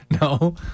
No